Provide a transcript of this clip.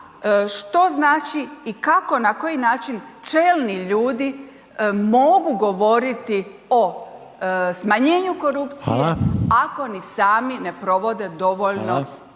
Što znači i kako, na koji način čelni ljudi mogu govoriti o smanjenju korupcije ako ni sami ne provode dovoljno